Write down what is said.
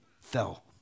fell